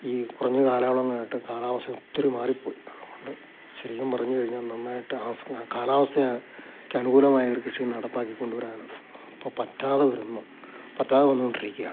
ഈ കുറഞ്ഞ കാലയളവായിട്ട് കാലാവസ്ഥ ഒത്തിരി മാറിപ്പോയി അതുകൊണ്ട് ശരിക്കും പറഞ്ഞു കഴിഞ്ഞാൽ നന്നായിട്ട് കാലാവസ്ഥയ്ക്ക് അനുകൂലമായൊരു കൃഷി നടപ്പാക്കിക്കൊണ്ടു വരാനും അപ്പോൾ പറ്റാതെ വരുന്നു പറ്റാതെ വന്നു കൊണ്ടിരിക്കുകയാണ്